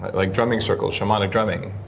like drumming circles, shamanic drumming,